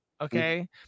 Okay